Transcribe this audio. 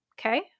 Okay